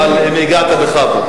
אבל אם הגעת, בכבוד.